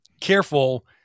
careful